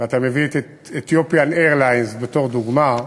ואתה מביא את "אתיופיאן איירליינס" בתור דוגמה,